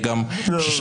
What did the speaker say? לא.